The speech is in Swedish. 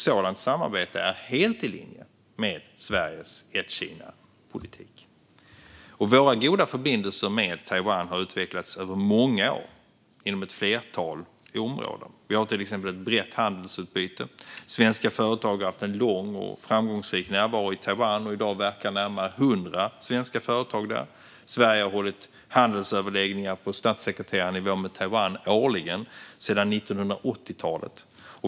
Sådant samarbete är helt i linje med Sveriges ett-Kina-politik. Våra goda förbindelser med Taiwan har utvecklats under många år, inom ett flertal områden. Vi har till exempel ett brett handelsutbyte. Svenska företag har haft en lång och framgångsrik närvaro i Taiwan, och i dag verkar närmare hundra svenska företag där. Sverige har hållit handelsöverläggningar på statssekreterarnivå med Taiwan årligen sedan 1980-talet.